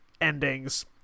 endings